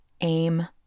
aim